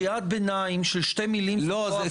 קריאת ביניים של שתי מילים, זאת לא הפרעה.